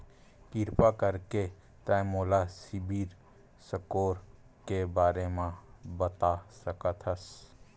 किरपा करके का तै मोला सीबिल स्कोर के बारे माँ बता सकथस?